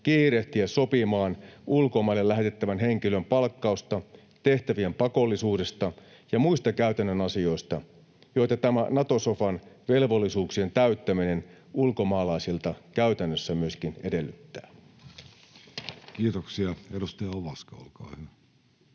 kiirehtiä sopimaan ulkomaille lähetettävän henkilön palkkauksesta, tehtävien pakollisuudesta ja muista käytännön asioista, joita tämä Nato-sofan velvollisuuksien täyttäminen ulkomaalaisilta käytännössä myöskin edellyttää. [Speech 73] Speaker: Jussi Halla-aho